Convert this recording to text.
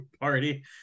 party